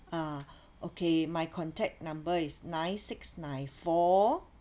ah okay my contact number is nine six nine four